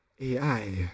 AI